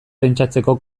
pentsatzeko